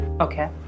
Okay